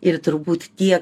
ir turbūt tie